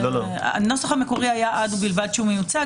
הנוסח המקורי היה עד ובלבד שהוא מיוצג,